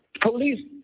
Police